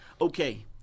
Okay